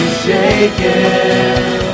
shaken